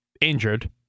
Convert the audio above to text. injured